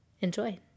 enjoy